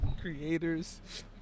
creators